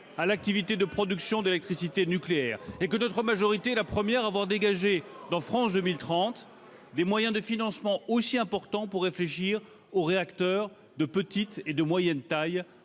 à l'activité de production d'électricité nucléaire et la première encore à avoir dégagé, au travers de France 2030, des moyens de financement aussi importants pour réfléchir aux réacteurs de petite et de moyenne taille